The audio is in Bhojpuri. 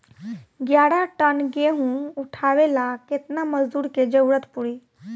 ग्यारह टन गेहूं उठावेला केतना मजदूर के जरुरत पूरी?